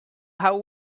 how